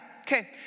Okay